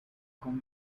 con